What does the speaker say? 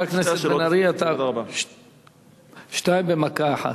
חבר הכנסת בן-ארי, שתיים במכה אחת.